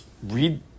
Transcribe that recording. read